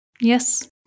Yes